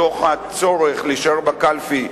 מתוך הצורך להישאר בקלפי,